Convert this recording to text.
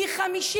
איך הוא יודע?